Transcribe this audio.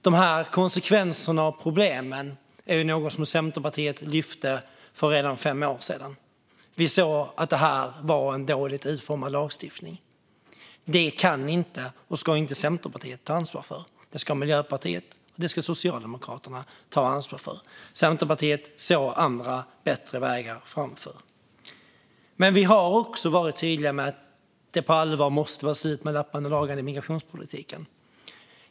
De här konsekvenserna och problemen är något som Centerpartiet lyfte fram redan för fem år sedan. Vi såg att det här var en dåligt utformad lagstiftning. Det kan inte och ska inte Centerpartiet ta ansvar för. Det ska Miljöpartiet och Socialdemokraterna ta ansvar för. Centerpartiet såg andra bättre vägar. Men vi har också varit tydliga med att det på allvar måste vara slut med lappande och lagande i migrationspolitiken.